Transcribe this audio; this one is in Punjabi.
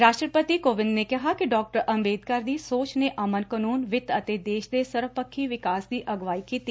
ਰਾਸ਼ਟਰਪਤੀ ਕੋਵਿੰਦ ਨੇ ਕਿਹਾ ਕਿ ਡਾ ਅੰਬੇਦਕਰ ਦੀ ਸੋਚ ਨੇ ਅਮਨ ਕਾਨੂੰਨ ਵਿੱਤ ਅਤੇ ਦੇਸ਼ ਦੇ ਸਰਵਪੱਖੀ ਵਿਕਾਸ ਦੀ ਅਗਵਾਈ ਕੀਤੀ